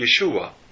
Yeshua